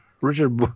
Richard